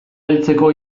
heltzeko